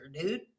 dude